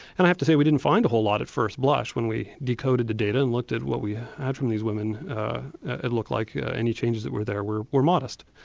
and i have to say we didn't find a whole lot at first blush. when we decoded the data and looked at what we had from these women it looked like any changes that were there were were modest.